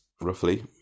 roughly